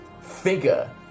figure